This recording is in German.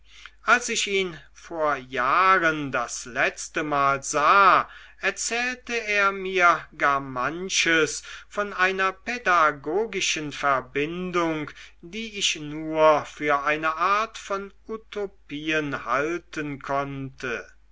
als ich ihn vor jahren das letztemal sah erzählte er mir gar manches von einer pädagogischen verbindung die ich nur für eine art von utopien halten konnte